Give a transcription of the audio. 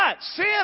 sin